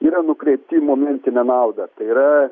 yra nukreipti į momentinę naudą tai yra